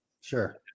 sure